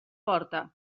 porta